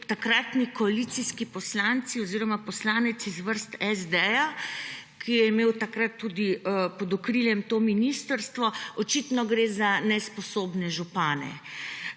takratni koalicijski poslanci oziroma poslanec iz vrst SD, ki je imel takrat tudi pod okriljem to ministrstvo, da gre očitno za nesposobne župane.